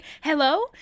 hello